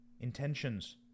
intentions